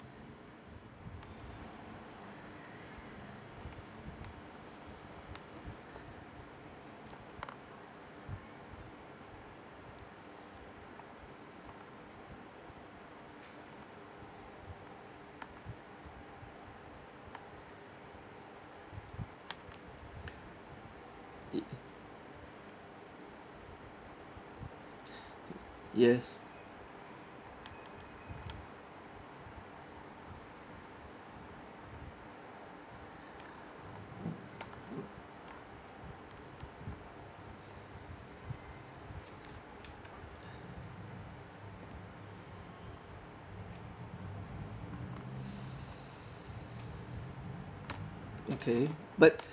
yes okay but